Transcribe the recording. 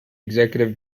executive